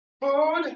food